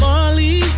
Molly